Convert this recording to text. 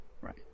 Right